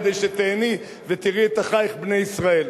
כדי שתיהני ותראי את אחייך בני ישראל,